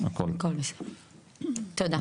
תודה.